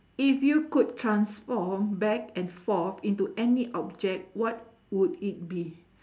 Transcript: if you could transform back and forth into any object what would it be